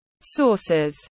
Sources